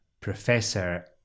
Professor